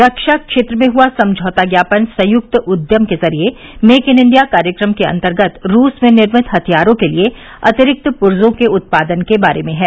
रक्षा क्षेत्र में हुआ समझौता ज्ञापन संयुक्त उद्यम के जरिए मेक इन इंडिया कार्यक्रम के अंतर्गत रूस में निर्मित हथियारों के लिए अतिरिक्त पूर्जों के उत्पादन के बारे में है